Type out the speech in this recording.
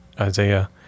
Isaiah